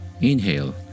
Inhale